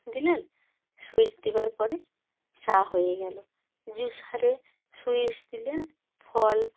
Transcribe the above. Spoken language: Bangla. দিলেন সুইচ দেওয়ার পরে চা হয়ে গেলো জুসারে সুইচ দিলে ফল